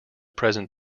present